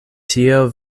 tio